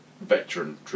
veteran